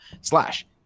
slash